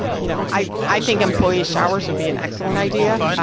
you know, i think employee showers would be an excellent idea,